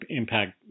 impact